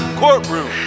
courtroom